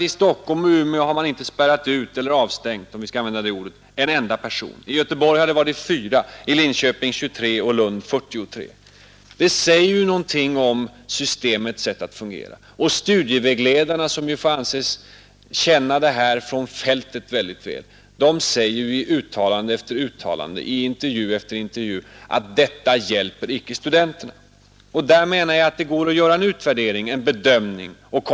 I Stockholm och Umeå har man inte spärrat ut eller avstängt — för att använda det ordet — en enda person, i Göteborg är det 4, i Linköping 23 och i Lund 43 stycken. Det säger ju någonting om systemets sätt att fungera. Studievägledarna som får anses mycket väl känna det här från fältet säger i uttalanden och i intervju efter intervju att detta icke hjälper studenterna. Där menar jag att det går att göra en utvärdering.